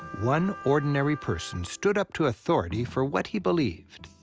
one ordinary person stood up to authority for what he believed.